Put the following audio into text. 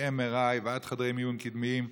מ-MRI ועד חדרי מיון קדמיים.